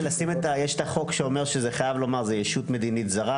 יש את החוק שאומר שחייבים לומר שזו ישות מדינית זרה,